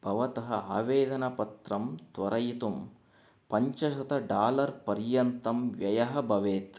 भवतः आवेदनपत्रं त्वरयितुं पञ्चशत डालर् पर्यन्तं व्ययः भवेत्